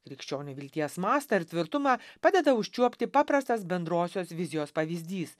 krikščionių vilties mastą ir tvirtumą padeda užčiuopti paprastas bendrosios vizijos pavyzdys